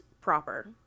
proper